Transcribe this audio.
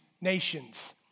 nations